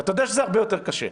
ואתה יודע שזה הרבה יותר קשה,